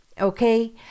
Okay